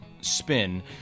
spin